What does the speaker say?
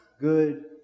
good